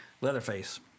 leatherface